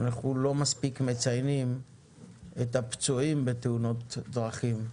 אנחנו לא מספיק מציינים את הפצועים בתאונות דרכים,